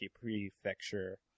prefecture